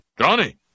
Johnny